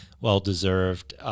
well-deserved